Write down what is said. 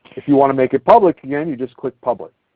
if you want to make it public again, you just click public.